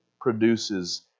produces